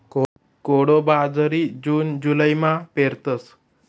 कोडो बाजरी जून जुलैमा पेरतस